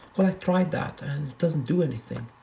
tried that and it doesn't do anything.